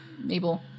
Mabel